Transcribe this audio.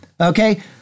okay